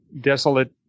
desolate